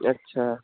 ਅੱਛਾ